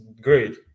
great